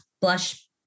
blush